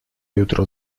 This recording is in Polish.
jutro